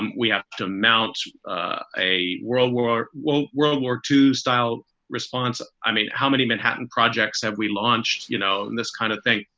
and we have to mount a world war world war two style response. i mean, how many manhattan projects have we launched, you know, and this kind of thing?